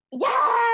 yes